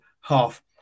half